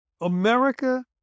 America